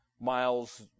miles